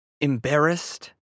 Embarrassed